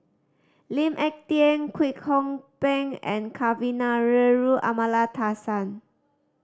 Lee Ek Tieng Kwek Hong Png and Kavignareru Amallathasan